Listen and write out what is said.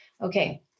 Okay